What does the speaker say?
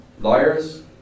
lawyers